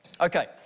Okay